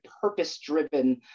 purpose-driven